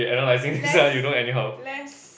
less less